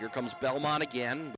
your comes belmont again